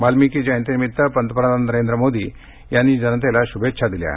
वाल्मिकी जयंतीनिमित्त पंतप्रधान नरेंद्र मोदी यांनी जनतेला श्भेच्छा दिल्या आहेत